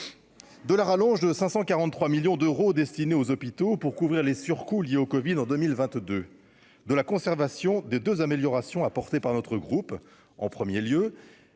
de la rallonge de 543 millions d'euros destinés aux hôpitaux pour couvrir les surcoûts liés au Covid en 2022 de la conservation des 2 améliorations apportées par notre groupe en 1er lieu